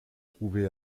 trouvée